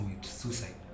suicide